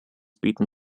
bieten